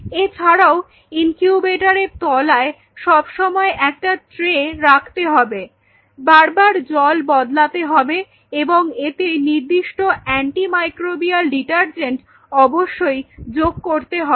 এছাড়াও ইনকিউবেটরের তলায় সব সময় একটা ট্রে রাখতে হবে বার বার জল বদলাতে হবে এবং এতে নির্দিষ্ট অ্যান্টিমাইক্রোবিয়াল ডিটারজেন্ট অবশ্যই যোগ করতে হবে